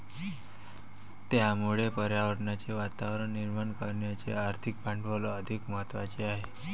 त्यामुळे पर्यावरणाचे वातावरण निर्माण करण्याचे आर्थिक भांडवल अधिक महत्त्वाचे आहे